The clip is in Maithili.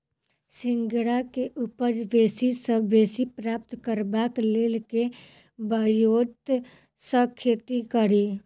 सिंघाड़ा केँ उपज बेसी सऽ बेसी प्राप्त करबाक लेल केँ ब्योंत सऽ खेती कड़ी?